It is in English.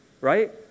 right